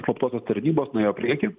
slaptosios tarnybos nuėjo prieky